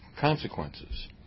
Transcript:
consequences